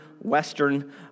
Western